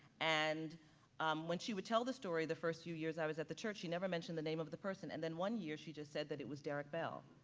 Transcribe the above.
and um when she would tell the story, the first few years i was at the church, she never mentioned the name of the person and then one year she just said that it was derrick bell.